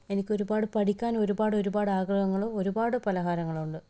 എനിക്ക് ഒരുപാട് പഠിക്കാൻ ഒരുപാട് ഒരുപാട് ആഗ്രഹങ്ങളും ഒരുപാട് പലഹാരങ്ങളുണ്ട്